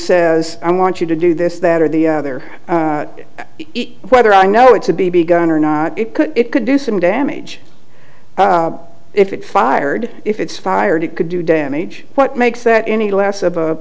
says i want you to do this that or the other whether i know it's a b b gun or not it could it could do some damage if it fired if it's fired it could do damage what makes that any less of a